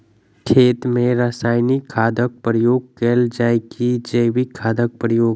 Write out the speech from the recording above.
खेत मे रासायनिक खादक प्रयोग कैल जाय की जैविक खादक प्रयोग?